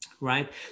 right